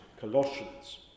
Colossians